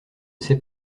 sait